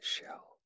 shell